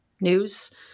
news